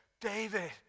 David